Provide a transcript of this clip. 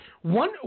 One